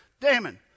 Damon